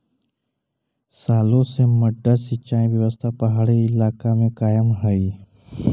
सालो से मड्डा सिंचाई व्यवस्था पहाड़ी इलाका में कायम हइ